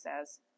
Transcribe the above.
says